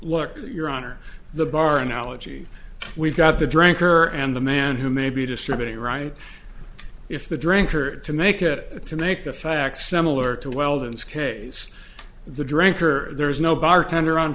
what your honor the bar analogy we've got the drinker and the man who may be distributing right if the drinker to make it to make the facts similar to weldon's case the drinker there's no bartender on